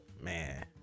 Man